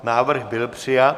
Návrh byl přijat.